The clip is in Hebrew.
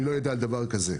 אני לא יודע על דבר כזה.